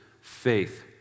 faith